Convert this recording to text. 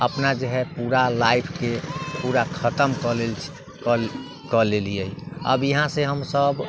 जे हय पूरा लाइफके पूरा खतम कऽ लेलियै अब यहाँसँ हमसब